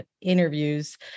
interviews